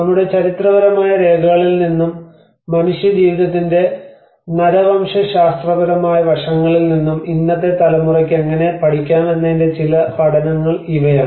നമ്മുടെ ചരിത്രപരമായ രേഖകളിൽ നിന്നും മനുഷ്യജീവിതത്തിന്റെ നരവംശശാസ്ത്രപരമായ വശങ്ങളിൽ നിന്നും ഇന്നത്തെ തലമുറയ്ക്ക് എങ്ങനെ പഠിക്കാമെന്നതിന്റെ ചില പഠനങ്ങൾ ഇവയാണ്